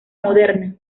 moderna